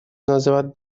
называть